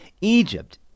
Egypt